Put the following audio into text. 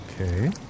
Okay